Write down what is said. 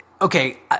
okay